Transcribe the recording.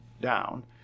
down